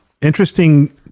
interesting